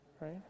right